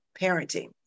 parenting